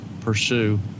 pursue